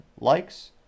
likes